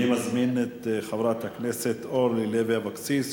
אני מזמין את חברת הכנסת אורלי לוי אבקסיס,